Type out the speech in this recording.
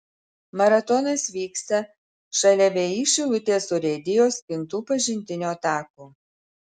maratonas vyksta šalia vį šilutės urėdijos kintų pažintinio tako